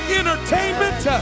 entertainment